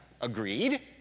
Agreed